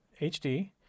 HD